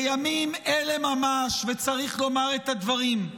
בימים אלה ממש, וצריך לומר את הדברים,